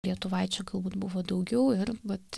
lietuvaičių galbūt buvo daugiau ir vat